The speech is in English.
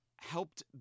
helped